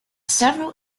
several